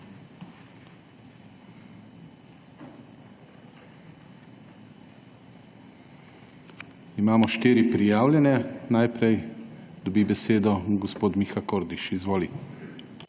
Imamo štiri prijavljene. Najprej dobi besedo gospod Miha Kordiš, izvoli.